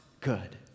good